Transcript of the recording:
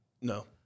No